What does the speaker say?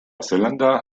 zelanda